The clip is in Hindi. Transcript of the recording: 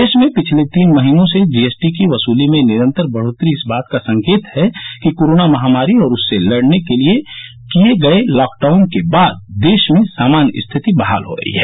देश में पिछले तीन महीनों से जीएसटी की वसुली में निरंतर बढ़ोतरी इस बात का संकेत है कि कोरोना महामारी और उससे लड़ने के लिए किए गए लॉकडाउन के बाद देश में सामान्य स्थिति बहाल हो रही है